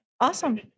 Awesome